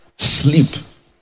Sleep